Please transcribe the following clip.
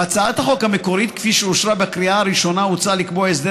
בהצעת החוק המקורית כפי שאושרה בקריאה הראשונה הוצע לקבוע הסדר